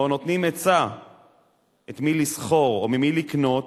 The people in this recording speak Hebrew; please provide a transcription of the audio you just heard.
או נותנים עצה את מי לשכור או ממי לקנות,